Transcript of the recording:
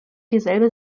dieselbe